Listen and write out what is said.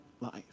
life